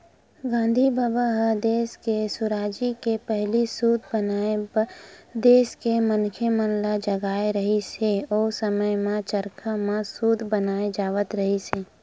गांधी बबा ह देस के सुराजी के पहिली सूत बनाए बर देस के मनखे मन ल जगाए रिहिस हे, ओ समे म चरखा म सूत बनाए जावत रिहिस हे